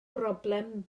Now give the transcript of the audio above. broblem